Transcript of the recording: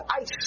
ice